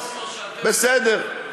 אוסלו, שאתם, בסדר.